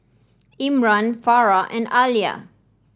Imran Farah and Alya